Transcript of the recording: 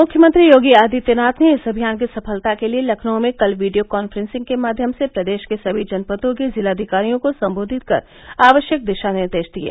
मुख्यमंत्री योगी आदित्यनाथ ने इस अभियान की सफलता के लिये लखनऊ में कल वीडियो कांफ्रेंसिंग के माध्यम से प्रदेश के सभी जनपदों के जिलाधिकारियों को संबोधित कर आवश्यक दिशा निर्देश दिये